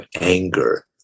anger